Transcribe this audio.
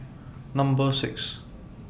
Number six